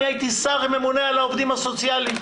אני הייתי השר הממונה על העובדים סוציאליים,